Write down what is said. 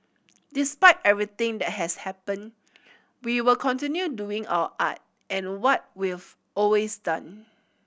despite everything that has happened we will continue doing our art and what we've always done